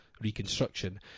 reconstruction